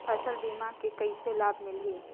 फसल बीमा के कइसे लाभ मिलही?